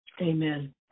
Amen